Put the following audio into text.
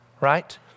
right